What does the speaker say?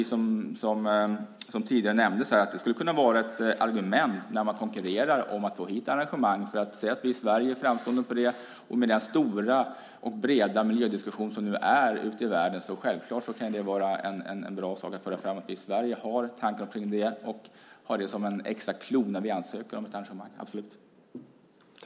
Som tidigare nämnts här skulle det kunna vara ett argument när man konkurrerar om att få hit arrangemang att säga att vi i Sverige är framstående på det området. Med den stora och breda miljödiskussion som nu pågår ute i världen kan det självklart vara en bra sak att föra fram att vi i Sverige har tankar kring det och att ha det som en extra clou när vi ansöker om ett arrangemang - absolut!